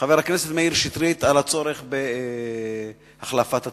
חבר הכנסת מאיר שטרית, על הצורך בהחלפת התעודות.